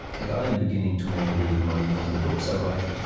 that i am beginning to make a little money from the books i write.